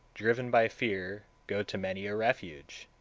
driven by fear, go to many a refuge,